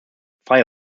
freie